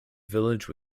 village